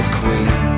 queen